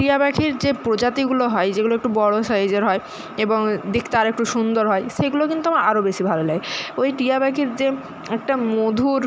টিয়া পাখির যে প্রজাতিগুলো হয় যেগুলো একটু বড়ো সাইজের হয় এবং দেখতে আরেকটু সুন্দর হয় সেগুলো কিন্তু আমার আরও বেশি ভালো লাগে ওই টিয়া পাখির যে একটা মধুর